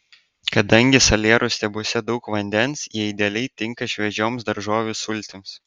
kadangi salierų stiebuose daug vandens jie idealiai tinka šviežioms daržovių sultims